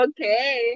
Okay